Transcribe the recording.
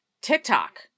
TikTok